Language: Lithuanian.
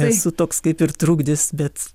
esu toks kaip ir trukdis bet